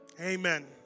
Amen